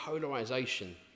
polarization